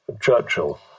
Churchill